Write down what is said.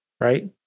right